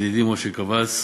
ידידי משה קוואס,